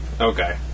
Okay